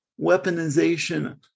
weaponization